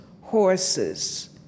horses